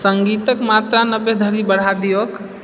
सङ्गीतक मात्रा नबे धरि बढ़ा दिऔक